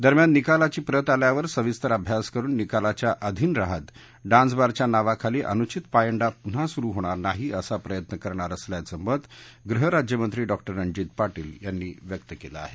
दरम्यान निकालाची प्रत आल्यावर सविस्तर अभ्यास करुन निकालाच्या अधीन राहात डान्सबारच्या नावाखाली अनुचित पायंडा प्रन्हा सुरु होणार असा प्रयत्न करणार असल्याचं मत गृहराज्यमंत्री डॉ रणजित पाटील यांनी व्यक्त केलं आहे